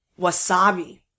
Wasabi